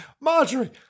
Marjorie